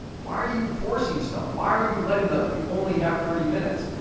why are you forcing stuff? why are you letting the you only have thirty minutes.